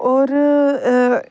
होर अ